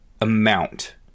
amount